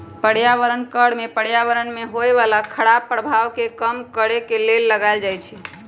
पर्यावरण कर में पर्यावरण में होय बला खराप प्रभाव के कम करए के लेल लगाएल जाइ छइ